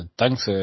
thanks